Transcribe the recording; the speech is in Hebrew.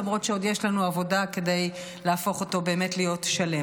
למרות שעוד יש לנו עבודה כדי להפוך אותו באמת להיות שלם.